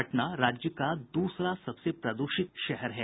पटना राज्य का दूसरा सबसे प्रदूषित शहर है